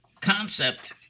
concept